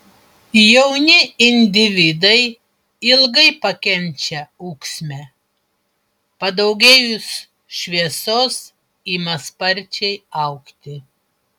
jauni individai ilgai pakenčia ūksmę padaugėjus šviesos ima sparčiai augti